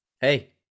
Hey